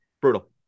Brutal